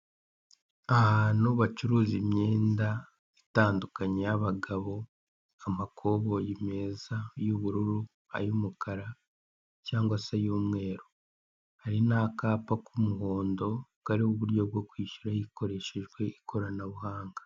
Ahantu bacuruza imyenda itandukanye y'abagobo amakoboyi meza y'ubururu, ay'umukara cyangwa se ay'umweru hari n'akapa k'umuhondo kariho uburyo bwo kwishyura hikoreshejwe ikoranabuhanga.